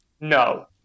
No